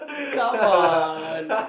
come on